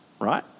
right